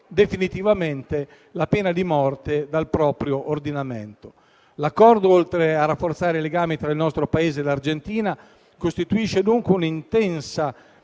definitivamente la pena di morte dal proprio ordinamento. L'accordo, oltre a rafforzare il legame tra il nostro Paese e l'Argentina, costituisce, dunque, un'intensa